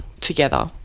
together